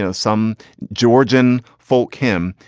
you know some georgian folk. kim,